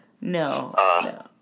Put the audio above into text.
No